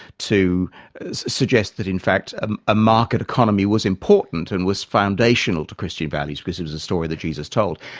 to suggest that in fact a market economy was important and was foundational to christian values because it was a story that jesus told.